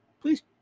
please